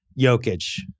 Jokic